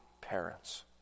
parents